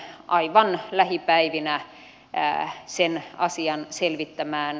tulen aivan lähipäivinä sen asian selvittämään